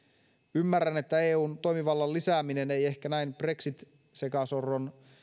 ymmärrän että eun toimivallan lisääminen ei ehkä näin brexit sekasorron